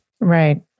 Right